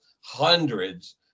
hundreds